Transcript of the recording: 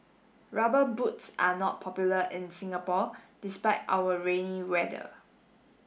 rubber boots are not popular in Singapore despite our rainy weather